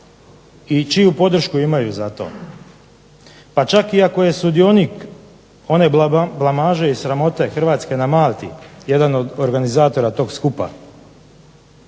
i čiju podršku imaju za to? Pa čak i ako je sudionik one blamaže i sramote Hrvatske na Malti jedan od organizatora tog skupa,